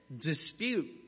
dispute